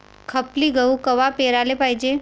खपली गहू कवा पेराले पायजे?